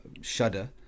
shudder